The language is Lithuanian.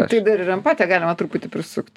tai dar ir empatiją galima truputį prisukt